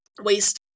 waste